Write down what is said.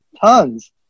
tons